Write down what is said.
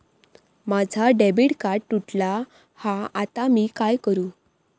माझा debit card तुटला हा आता मी काय करू?